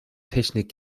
technik